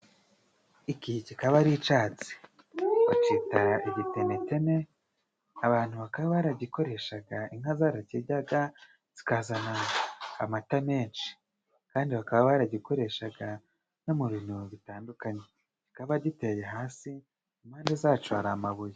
Iki kikaba ari icatsi bacita igitenetene. Abantu bakaba baragikoreshaga, inka zarakiryaga zikazana amata menshi kandi bakaba baragikoreshaga no mu bintu bitandukanye. Kikaba giteye hasi impande zaco hari amabuye.